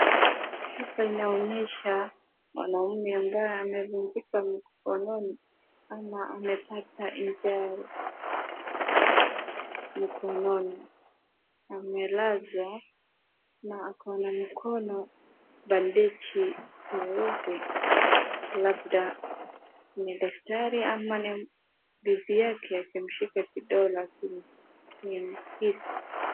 Linaonyesha mwanaume ambaye amevunjika mkononi ama amepata ajali mkononi. Amelazwa na ako na mikono bandeji nyeupe labda ni daktari au bibi yake amemshika kidole.